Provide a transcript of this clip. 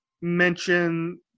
mention